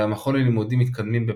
והמכון ללימודים מתקדמים בפרינסטון.